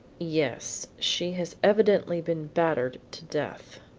yes, she has evidently been battered to death.